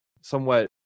somewhat